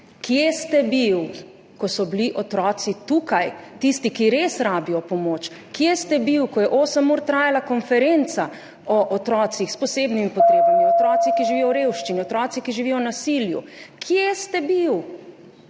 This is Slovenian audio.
Kje ste bil, ko so bili otroci tukaj, tisti, ki res rabijo pomoč? Kje ste bil, ko je osem ur trajala konferenca o otrocih s posebnimi potrebami, otroci, ki živijo v revščini, otroci, ki živijo v nasilju? Kje ste bil?